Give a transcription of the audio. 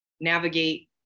navigate